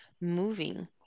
moving